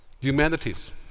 Humanities